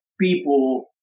people